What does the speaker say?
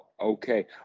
okay